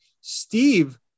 Steve